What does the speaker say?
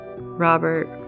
Robert